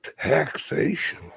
taxation